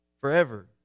forever